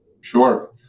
Sure